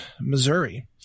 missouri